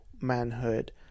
manhood